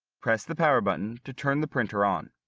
press the power button to turn the printer on.